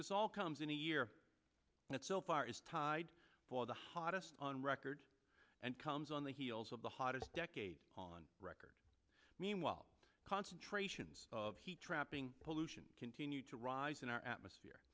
this all comes in a year and itself bar is tied for the hottest on record and comes on the heels of the hottest decade on record meanwhile concentrations of heat trapping pollution continue to rise in our atmosphere